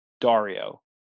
Dario